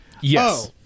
Yes